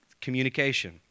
communication